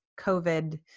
COVID